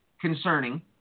concerning